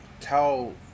tell